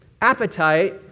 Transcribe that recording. appetite